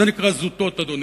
זה נקרא "זוטות", אדוני,